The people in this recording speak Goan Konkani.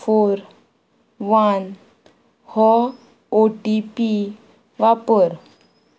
फोर वन हो ओ टी पी वापर